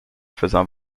faisant